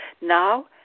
Now